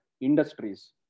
industries